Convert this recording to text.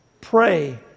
pray